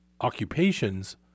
occupations